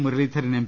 Muraleedharan M